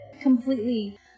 completely